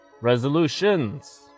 Resolutions